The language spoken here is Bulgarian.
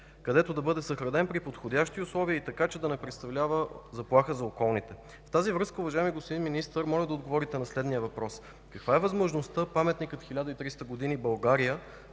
където да бъде съхранен при подходящи условия и така, че да не представлява заплаха за околните. В тази връзка, уважаеми господин Министър, моля да отговорите на следния въпрос: каква е възможността Паметникът 1300 години България